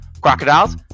crocodiles